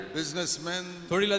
businessmen